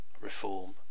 reform